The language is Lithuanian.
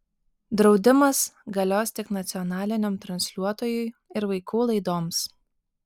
draudimas galios tik nacionaliniam transliuotojui ir vaikų laidoms